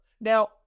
Now